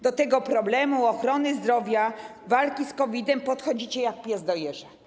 Do problemu ochrony zdrowia, walki z COVID-em podchodzicie jak pies do jeża.